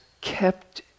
kept